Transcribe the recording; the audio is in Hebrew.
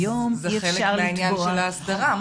זה חלק מהעניין של ההסדרה.